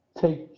take